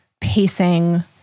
pacing